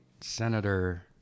senator